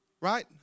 right